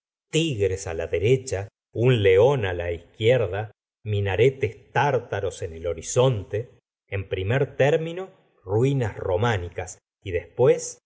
tigres la derecha un león á la izquierda minaretes tártaros en el horizonte en primer término ruinas románicas y después